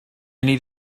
need